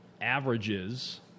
averages